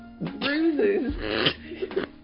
Bruises